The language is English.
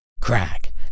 Crack